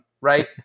right